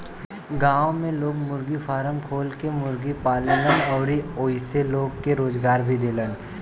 गांव में लोग मुर्गी फारम खोल के मुर्गी पालेलन अउरी ओइसे लोग के रोजगार भी देलन